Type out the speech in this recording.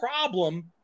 problem